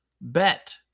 bet